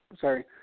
Sorry